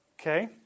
Okay